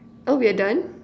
oh we're done